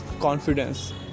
confidence